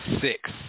six